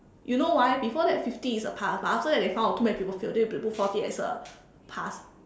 you know why before that fifty is a pass but after that they found out too many people fail they put forty as a pass